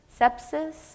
sepsis